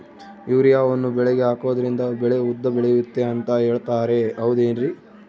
ಯೂರಿಯಾವನ್ನು ಬೆಳೆಗೆ ಹಾಕೋದ್ರಿಂದ ಬೆಳೆ ಉದ್ದ ಬೆಳೆಯುತ್ತೆ ಅಂತ ಹೇಳ್ತಾರ ಹೌದೇನ್ರಿ?